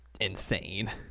insane